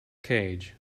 cage